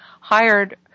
hired